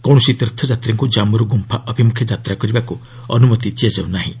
କୌଣସି ତୀର୍ଥଯାତ୍ରୀଙ୍କୁ କମ୍ମୁରୁ ଗୁମ୍ଫା ଅଭିମୁଖେ ଯାତ୍ରା କରିବାକୁ ଅନ୍ଦ୍ରମତି ଦିଆଯାଉ ନାହିଁ